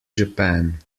japan